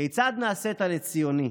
כיצד נעשית לציוני?